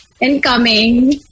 incoming